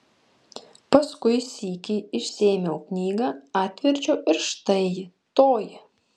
paskui sykį išsiėmiau knygą atverčiau ir štai ji toji